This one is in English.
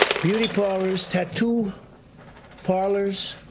beauty parlors, tattoo parlors,